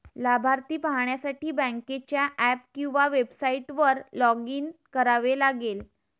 लाभार्थी पाहण्यासाठी बँकेच्या ऍप किंवा वेबसाइटवर लॉग इन करावे लागेल